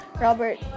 Robert